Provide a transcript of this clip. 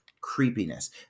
creepiness